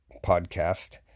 podcast